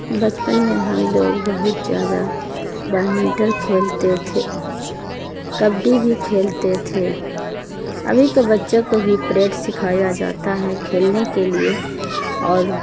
بچپن میں ہم لوگ بہت زیادہ بیڈمنٹن کھیلتے تھے کبڈی بھی کھیلتے تھے ابھی کے بچوں کو بھی پریڈ سکھایا جاتا ہے کھیلنے کے لیے اور